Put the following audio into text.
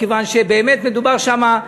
מכיוון שבאמת מדובר שם,